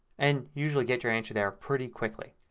and usually get your answer there pretty quickly.